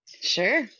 sure